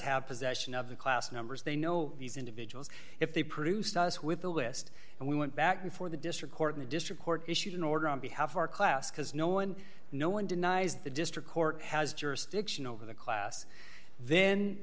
have possession of the class numbers they know these individuals if they produce us with a list and we went back before the district court in the district court issued an order on behalf of our class because no one no one denies the district court has jurisdiction over the class then